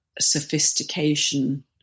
sophistication